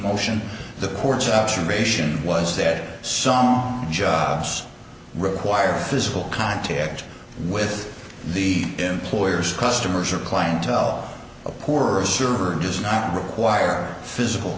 motion the porch observation was that some jobs require physical contact with the employer's customers or clientele a poor observer does not require physical